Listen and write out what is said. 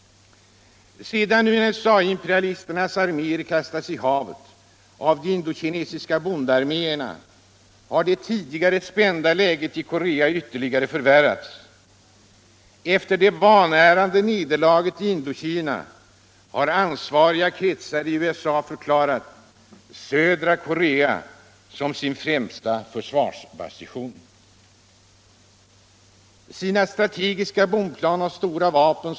Sedan USA-imperialismens arméer kastades i havet av de indokinesiska bondcarméerna har det tidigare spända läget i Korea ytterligare förvärrats. Efter det vanärande nederlaget i Indokina har ansvariga kretsar i USA förklarat södra Korea som sin ”främsta försvarsbastion”. Sina strategiska bombplan och stora vapen.